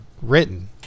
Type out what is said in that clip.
written